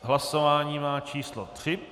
Hlasování má číslo 3.